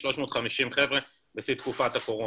350 חבר'ה בשיא תקופת הקורונה.